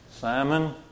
Simon